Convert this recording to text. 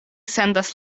sendas